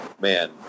man